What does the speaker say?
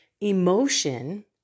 emotion